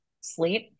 sleep